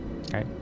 Okay